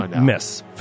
Miss